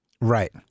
Right